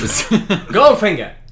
Goldfinger